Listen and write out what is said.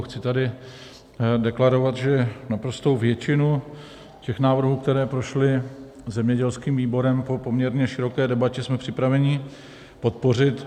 Chci tady deklarovat, že naprostou většinu těch návrhů, které prošly zemědělským výborem, po poměrně široké debatě jsme připraveni podpořit.